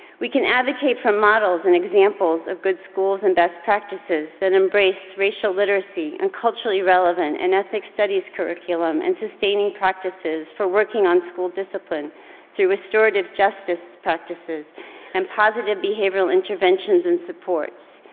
we can advocate for models and examples of good schools and best practices that embrace racial literacy and culturally relevant and ethnic studies curriculum and so staining practices for working on school discipline through restorative justice practices and positive behavioral interventions and supports.